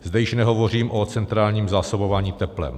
Zde již nehovořím o centrálním zásobování teplem.